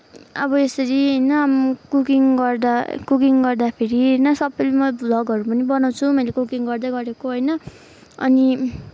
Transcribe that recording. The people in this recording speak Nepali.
अब यसरी होइन म कुकिङ गर्दा कुकिङ गर्दाखेरि होइन सबैले म भ्लगहरू पनि बनाउँछु मैले कुकिङ गर्दै गरेको होइन अनि